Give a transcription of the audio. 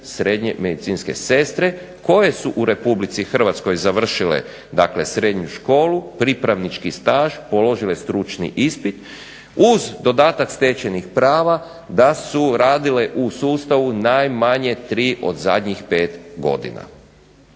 srednje medicinske sestre koje su u Republici Hrvatskoj završile, dakle srednju školu, pripravnički staž, položile stručni ispit uz dodatak stečenih prava da su radile u sustavu najmanje tri od zadnjih pet godina.